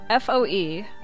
FOE